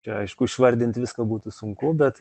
čia aišku išvardint viską būtų sunku bet